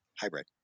Hybrid